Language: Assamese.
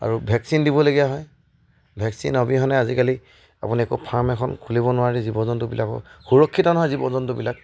আৰু ভেকচিন দিবলগীয়া হয় ভেকচিন অবিহনে আজিকালি আপুনি একো ফাৰ্ম এখন খুলিব নোৱাৰে জীৱ জন্তুবিলাকো সুৰক্ষিত নহয় জীৱ জন্তুবিলাক